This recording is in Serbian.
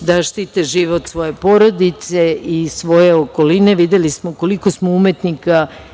da štite život svoje porodice i svoje okoline. Videli smo koliko smo umetnika izgubili